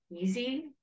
easy